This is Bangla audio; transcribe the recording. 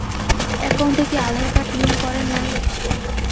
একাউন্টত কি আঁধার কার্ড লিংক করের নাগে?